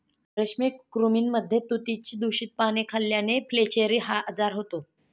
रेशमी कृमींमध्ये तुतीची दूषित पाने खाल्ल्याने फ्लेचेरी हा आजार होतो